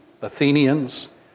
Athenians